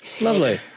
lovely